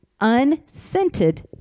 unscented